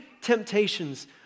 temptations